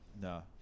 No